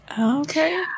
Okay